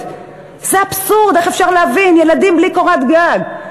זה אבסורד, איך אפשר להבין, ילדים בלי קורת גג.